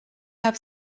have